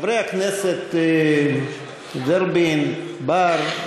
חברי הכנסת ורבין, בר.